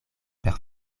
per